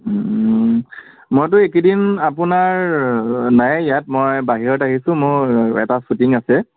মইটো এইকেইদিন আপোনাৰ নাই ইয়াত মই বাহিৰত আহিছোঁ মোৰ এটা শ্বুটিং আছে